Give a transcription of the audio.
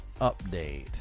update